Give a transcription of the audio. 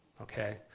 Okay